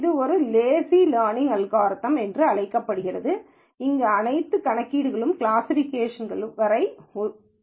இது ஒரு lazy learning algorithm என்றும் அழைக்கப்படுகிறது அங்கு அனைத்து கணக்கீடுகளும் கிளாசிஃபிகேஷன் வரை ஒத்திவைக்கப்படுகின்றன